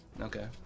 Okay